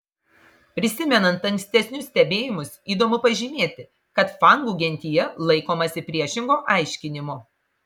prisimenant ankstesnius stebėjimus įdomu pažymėti kad fangų gentyje laikomasi priešingo aiškinimo